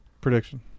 prediction